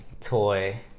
toy